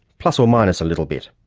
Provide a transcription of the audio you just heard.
plus or minus a little bit.